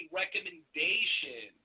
recommendation